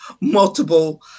multiple